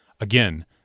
Again